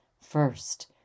first